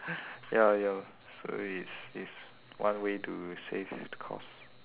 ya ya so it's it's one way to save the cost